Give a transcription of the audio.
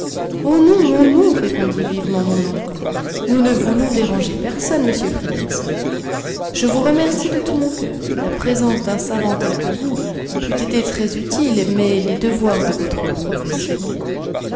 oh non oh non répondit vivement mon oncle nous ne voulons déranger personne monsieur fridriksson je vous remercie de tout mon coeur la présence d'un savant tel que vous eût été très utile mais les devoirs de votre profession